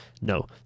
No